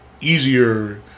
easier